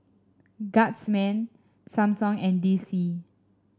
Guardsman Samsung and D C